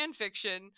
fanfiction